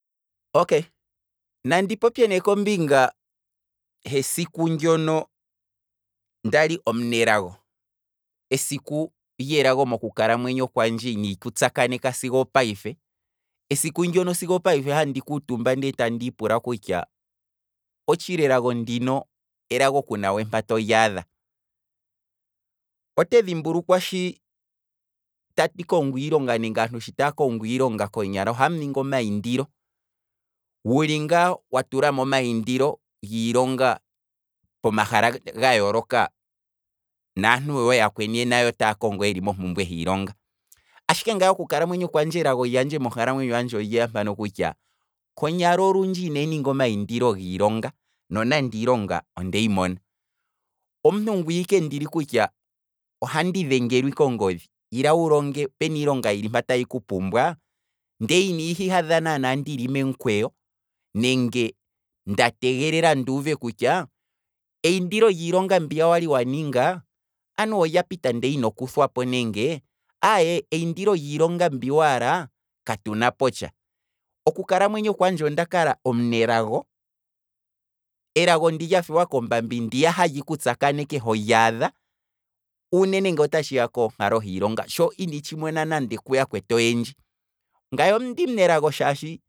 Okay, nandi popye ne kombinga hesiku ndyono ndali omunelago, esiku lyelago mokukalamwenyo kwandje ina ndiku tsa kaneka sigo opayife, esiku ndyono sigo opayife handi kuutumba ndele tandi ipula kutya, osthili elago ndino, elago kuna we mpa to lyaadha, otedhi mbulukwa shi tandi kongo iilonga, nenge aantu shi taa kongo iilonga konyala ohamu ningi omayindilo, wuli ngaa watulamo omayindilo giilonga pomashala ga yooloka, naantu wo oyaakweni otaya kongo yeli mo mpumbwe yiilonga, ashike ngaa oku kalamwenyo kwandje, elago monkalamwenyo yandje olyeya mpano kutya, konyala olundji inandi ninga omayindilo giilonga nonande iilonga ondeyi mona, omuntu ngwiya ike ndili kutya, ohandi dhengelwa ike ongodhi, ila wulonge, opena iilonga yili mpano tayi ku pumbwaa, ndele ihandi ihadha naana ndili momukweyo, nenge nda tegelela nduuve kutya eyindilo lyiilonga mbiya wali waninga, anuwa olya pita ndele ino kuthwapo nenge aye eyindilo lyiilonga mbi waala, katu napo tsha, oku kalamwenyo kwandje onda kala omunelago, elago ndiya lyathewa kombambi hali ku tsakaneneke ho lyaadha, unene ngoo ta tshiya konkalo hiilonga sho inii tshimona nande kuya kwetu oyendji, ngaye ondi munelago shaashi